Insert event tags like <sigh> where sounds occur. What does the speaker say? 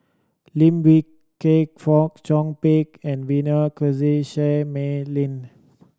Lim Wee Kiak Fong Chong Pik and Vivien <unintelligible> Seah Mei Lin